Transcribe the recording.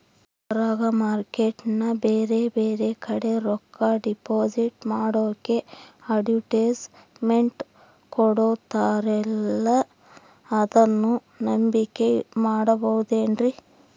ಹೊರಗೆ ಮಾರ್ಕೇಟ್ ನಲ್ಲಿ ಬೇರೆ ಬೇರೆ ಕಡೆ ರೊಕ್ಕ ಡಿಪಾಸಿಟ್ ಮಾಡೋಕೆ ಅಡುಟ್ಯಸ್ ಮೆಂಟ್ ಕೊಡುತ್ತಾರಲ್ರೇ ಅದನ್ನು ನಂಬಿಕೆ ಮಾಡಬಹುದೇನ್ರಿ?